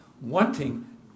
wanting